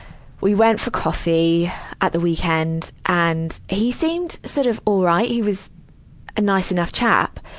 we went for coffee at the weekend. and, he seemed sort of all right he was a nice enough chap.